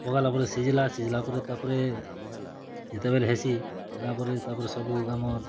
ପକାଲା ପରେ ସିଝ୍ଲା ସିଝ୍ଲା ପରେ ତା'ପ୍ରେ ଯେତେବେଲେ ହେସି ହେଲା ପରେ ତା'ପ୍ରେ ସବୁ ଆମର୍